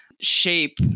shape